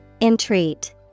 entreat